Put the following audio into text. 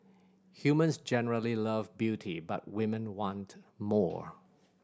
humans generally love beauty but women want more